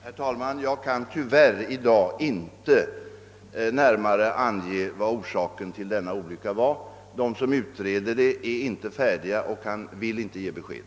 Herr talman! Jag kan tyvärr i dag inte närmare ange vad orsaken till denna olycka var. De som utreder saken är inte färdiga och vill inte ge besked.